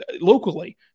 Locally